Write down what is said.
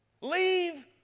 Leave